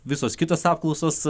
visos kitos apklausos